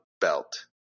belt